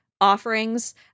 offerings